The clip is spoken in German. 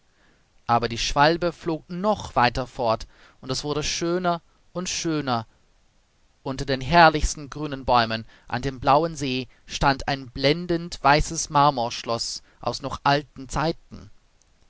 aber die schwalbe flog noch weiter fort und es wurde schöner und schöner unter den herrlichsten grünen bäumen an dem blauen see stand ein blendend weißes marmorschloß aus noch alten zeiten